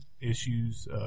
issues